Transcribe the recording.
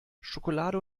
schokolade